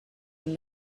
and